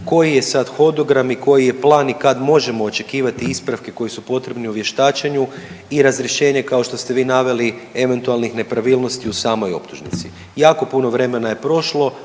koji je sad hodogram i koji je plan i kad možemo očekivati ispravke koji su potrebni u vještačenju i razrješenje kao što ste vi naveli, eventualnih nepravilnosti u samoj optužnici? Jako puno vremena je prošlo,